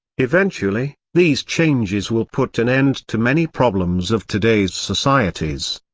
eventually, these changes will put an end to many problems of today's societies.